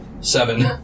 Seven